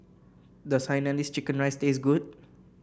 does Hainanese Chicken Rice taste good